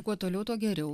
kuo toliau tuo geriau